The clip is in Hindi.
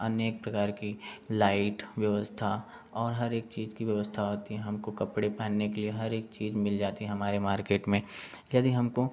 अनेक प्रकार की लाइट व्यवस्था और हर एक चीज की व्यवस्था होती है हमको कपड़े पहनने के लिए हर एक चीज मिल जाती है हमारे मार्केट में यदि हमको